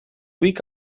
week